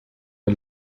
der